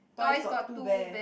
toys got two bear